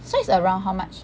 so it's around how much